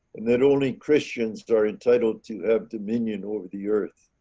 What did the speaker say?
and that only christians are entitled to have dominion over the earth.